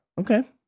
Okay